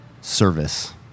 service